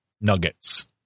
nuggets